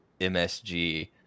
msg